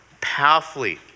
powerfully